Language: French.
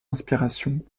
inspiration